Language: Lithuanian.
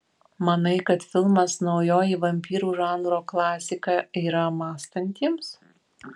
manai kad filmas naujoji vampyrų žanro klasika yra mąstantiems